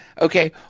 Okay